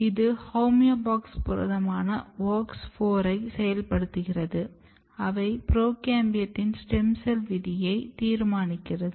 இது ஹோமியோபாக்ஸ் புரதமான WOX 4 ஐ செயல்படுத்துகிறது அவை புரோகேம்பியத்தின் ஸ்டெம் செல் விதியை தீர்மானிக்கிறது